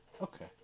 okay